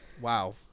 Wow